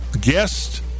guest